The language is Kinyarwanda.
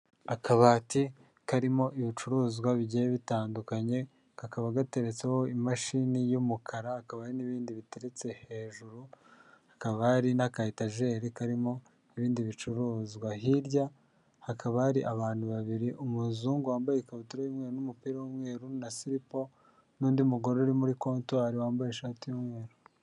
Akabati karimo ibicuruzwa bigiye bitandukanye, kakaba gateretseho imashini y'umukara, akaba n'ibindi biteretse hejuru, akaba hari n'akayitajeri karimo ibindi bicuruzwa, hirya hakaba hari abantu babiri umuzungu wambaye ikabutura y'ubumweru n'umupira w'umweru na silipa n'undi mugore uri muri kotwari wambaye ishati y'umweru.